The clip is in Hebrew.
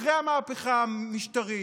אחרי המהפכה המשטרית,